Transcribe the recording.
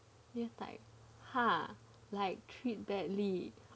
虐待 ha~ like treat badly